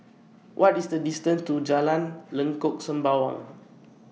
What IS The distance to Jalan Lengkok Sembawang